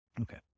Okay